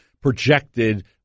projected